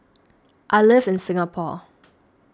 I live in Singapore